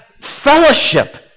fellowship